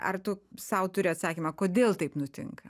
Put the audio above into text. ar tu sau turi atsakymą kodėl taip nutinka